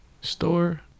store